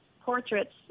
portraits